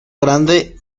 grande